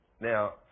Now